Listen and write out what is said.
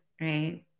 right